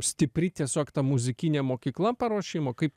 stipri tiesiog ta muzikinė mokykla paruošimo kaip